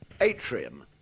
atrium